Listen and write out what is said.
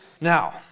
Now